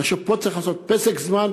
אני חושב שפה צריך לעשות פסק זמן,